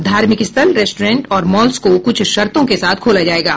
धार्मिक स्थल रेस्टोरेंट और मॉल्स को कुछ शर्तों के साथ खोला जाएगा